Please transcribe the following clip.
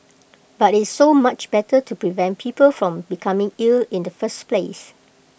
but IT so much better to prevent people from becoming ill in the first place